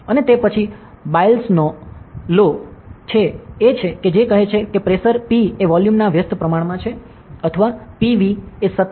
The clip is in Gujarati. અને તે પછી બોયલ્સનો લો Boyle's Law છે કે જે કહે છે કે પ્રેશર P એ વોલ્યુમ ના વ્યસ્તપ્રમાણ માં છે અથવા PV એ સતત છે